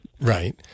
right